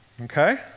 okay